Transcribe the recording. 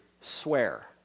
swear